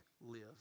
live